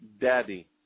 daddy